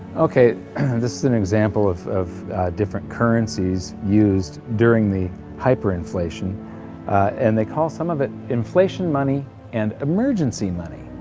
ok, and this is an example of of different currencies used during the hyper-inflation and they call some of it inflation money and emergency money.